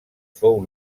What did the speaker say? fou